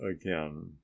again